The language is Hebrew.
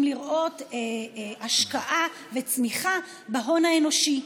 לראות השקעה וצמיחה גם בהון האנושי,